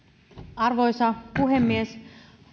arvoisa puhemies